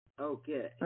okay